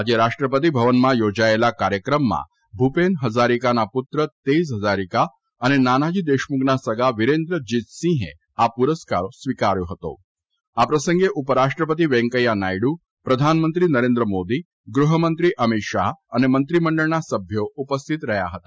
આજે રાષ્ટ્રપતિ ભવનમાં યોજાયેલા કાર્યક્રમમાં ભૂપેન હજારીકાના પુત્ર તેજ હજારિકા અને નાનાજી દેશમુખના સગા વિરેન્દ્ર જીતસિંહે આ પુરસ્કાર સ્વીકાર્યો હતો આ પ્રસંગે ઉપરાષ્ટ્રપતિ વેંકૈથા નાયડુ પ્રધાનમંત્રી નરેન્દ્રમોદી ગૃહમંત્રી અમિત શાહ અને મંત્રી મંડળના સભ્યો ઉપસ્થિત રહ્યા હતા